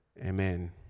Amen